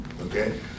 Okay